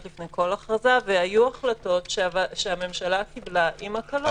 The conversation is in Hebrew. לפני כל הכרזה והיו החלטות שהממשלה קיבלה עם הקלות.